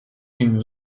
une